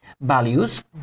values